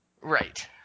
Right